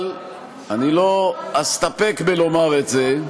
אבל לא אסתפק בלומר את זה,